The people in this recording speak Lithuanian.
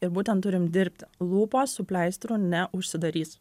ir būtent turim dirbti lūpos su pleistru neužsidarys